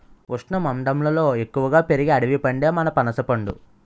ఉష్ణమండలంలో ఎక్కువగా పెరిగే అడవి పండే మన పనసపండు